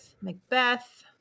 Macbeth